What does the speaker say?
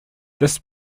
this